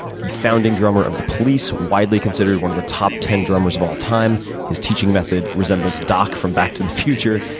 the founding drummer of the police, widely considered one of the top ten drummers of all time, his teaching method resembles doc from back to the future,